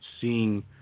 seeing